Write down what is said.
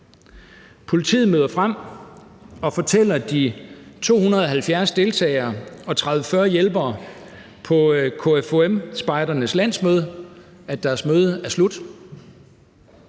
Politiet møder frem og fortæller de 270 deltagere og 30-40 hjælpere på KFUM-spejdernes landsmøde, at deres møde er slut.